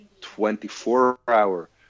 24-hour